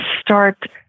start